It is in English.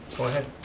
go ahead.